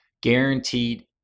guaranteed